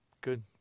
Good